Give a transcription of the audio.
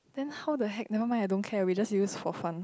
then how the hack never mind I don't care we just use for fun